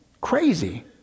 Crazy